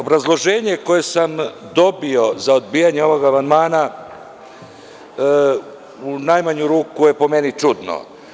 Obrazloženje koje sam dobio za odbijanje ovog amandmana, u najmanju ruku je po meni čudno.